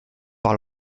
par